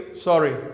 Sorry